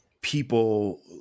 people